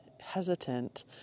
hesitant